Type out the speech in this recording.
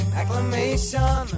acclamation